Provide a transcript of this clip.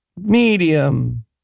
medium